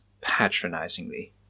patronizingly